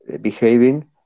behaving